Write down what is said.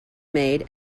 made